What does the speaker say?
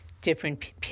different